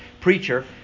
preacher